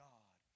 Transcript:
God